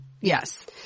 yes